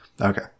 Okay